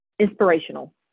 inspirational